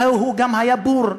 והוא גם היה בור,